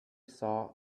saw